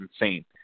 insane